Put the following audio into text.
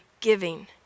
giving